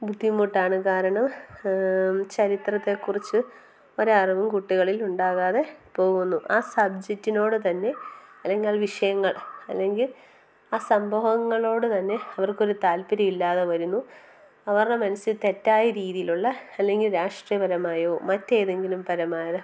ബുദ്ധിമുട്ടാണ് കാരണം ചരിത്രത്തെ കുറിച്ച് ഒരറിവും കുട്ടികളിൽ ഉണ്ടാവാതെ പോകുന്നു ആ സബ്ജെക്റ്റിനോട് തന്നെ അല്ലെങ്കിൽ വിഷയങ്ങൾ അല്ലെങ്കിൽ ആ സംഭവങ്ങളോട് തന്നെ അവർക്ക് ഒരു താൽപര്യം ഇല്ലാതെ വരുന്നു അവരുടെ മനസ്സിൽ തെറ്റായ രീതിയിലുള്ള അല്ലെങ്കിൽ രാഷ്ട്രീയപരമായോ മറ്റേതെങ്കിലും തരമായോ